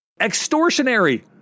Extortionary